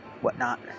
whatnot